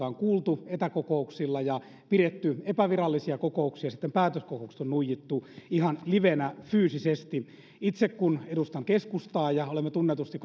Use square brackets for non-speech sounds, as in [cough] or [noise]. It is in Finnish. [unintelligible] on kuultu etäkokouksilla ja pidetty epävirallisia kokouksia sitten päätöskokoukset on nuijittu ihan livenä fyysisesti itse kun edustan keskustaa ja olemme tunnetusti [unintelligible]